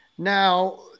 Now